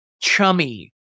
chummy